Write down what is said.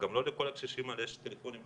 גם לא לכל הקשישים האלה יש טלפונים חכמים,